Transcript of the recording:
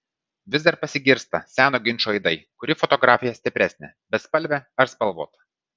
vis dar pasigirsta seno ginčo aidai kuri fotografija stipresnė bespalvė ar spalvota